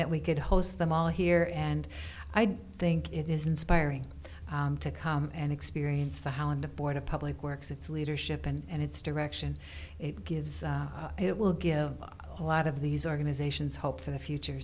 that we could host them all here and i think it is inspiring to come and experience the how and the board of public works its leadership and its direction it gives it will give a lot of these organizations hope for the future